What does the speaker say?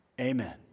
Amen